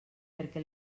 perquè